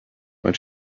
when